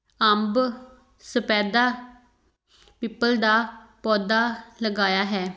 ਅੰਬ ਸਫੈਦਾ ਪਿੱਪਲ ਦਾ ਪੌਦਾ ਲਗਾਇਆ ਹੈ